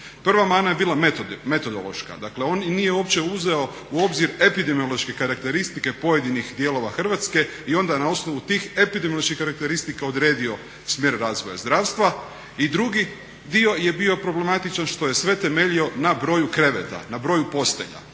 Prva mana je bila metodološka, dakle on nije uopće uzeo u obzir epidemiološke karakteristike pojedinih dijelova Hrvatske i onda na osnovu tih epidemioloških karakteristika odredio smjer razvoja zdravstva. I drugi dio je bio problematičan što je sve temeljio na broju kreveta, na broju postelja.